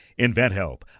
InventHelp